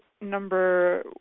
number